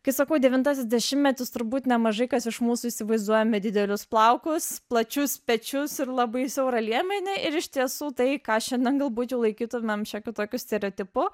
kai sakau devintasis dešimtmetis turbūt nemažai kas iš mūsų įsivaizduojame didelius plaukus plačius pečius ir labai siaurą liemenį ir iš tiesų tai ką šiandien galbūt jau laikytumėm šiokiu tokiu stereotipu